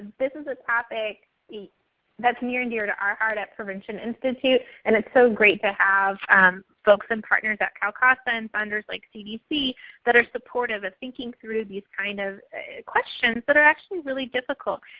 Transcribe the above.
this is a topic that's near and dear to our heart at prevention institute and it's so great to have folks and partners at calcasa and funders like cdc that are supportive of thinking through these kind of questions that are actually really difficult.